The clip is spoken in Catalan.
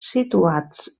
situats